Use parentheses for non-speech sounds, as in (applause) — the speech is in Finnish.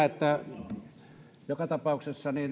(unintelligible) että siellä on joku joka tapauksessa